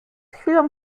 chwilą